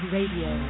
Radio